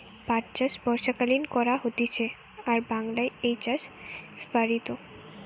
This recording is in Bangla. পাট চাষ বর্ষাকালীন করা হতিছে আর বাংলায় এই চাষ প্সারিত